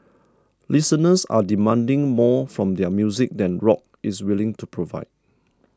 listeners are demanding more from their music than rock is willing to provide